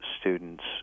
students